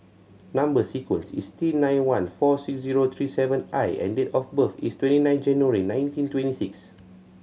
number sequence is T nine one four six zero three seven I and date of birth is twenty nine January nineteen twenty six